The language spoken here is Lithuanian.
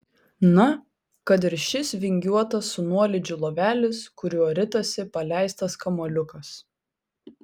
na kad ir šis vingiuotas su nuolydžiu lovelis kuriuo ritasi paleistas kamuoliukas